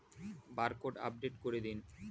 Barcode update করে দিন?